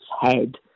head